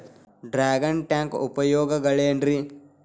Dragon tank ಉಪಯೋಗಗಳೆನ್ರಿ?